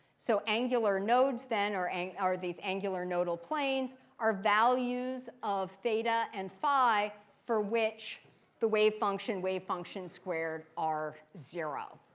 so angular nodes then or and these angular nodal planes are values of theta and phi for which the wave function, wave function squared are zero.